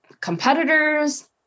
competitors